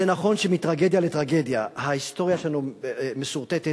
זה נכון שמטרגדיה לטרגדיה ההיסטוריה שלנו מסורטטת,